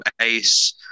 ace